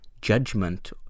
judgment